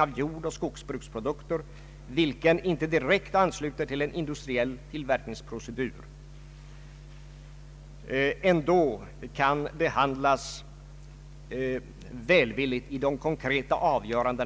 I anslutning därtill gjordes vissa preciseringar av målen för den regionala politiken. Ett sådant